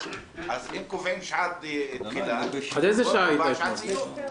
אז אם קובעים שעת תחילה צריך לקבוע גם שעת סיום.